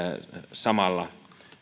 samalla